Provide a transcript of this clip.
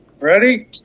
Ready